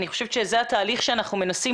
אני חושבת שזה התהליך שאנחנו מנסים